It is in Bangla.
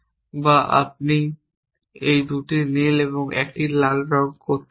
বা আপনি এই 2টি নীল এবং এই 1টি লাল রঙ করতে পারেন